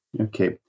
Okay